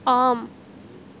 ஆம்